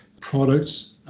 products